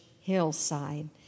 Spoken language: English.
hillside